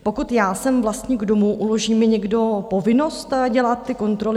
Pokud já jsem vlastník domu, uloží mi někdo povinnost dělat ty kontroly?